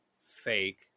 fake